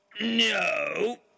No